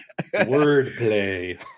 Wordplay